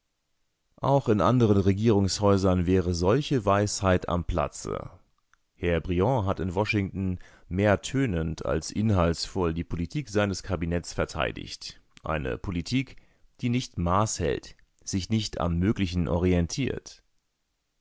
auch in anderen regierungshäusern wäre solche weisheit am platze herr briand hat in washington mehr tönend als inhaltsvoll die politik seines kabinetts verteidigt eine politik die nicht maß hält sich nicht am möglichen orientiert